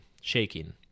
shaking